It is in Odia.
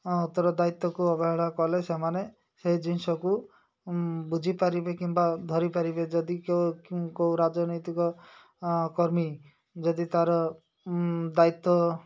ଉତ୍ତର ଦାୟିତ୍ୱକୁ ଅବେହେଳା କଲେ ସେମାନେ ସେଇ ଜିନିଷକୁ ବୁଝିପାରିବେ କିମ୍ବା ଧରିପାରିବେ ଯଦି କୋଉ ରାଜନୈତିକ କର୍ମୀ ଯଦି ତା'ର ଦାୟିତ୍ୱ